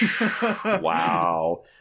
Wow